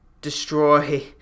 destroy